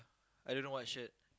I don't know what shirt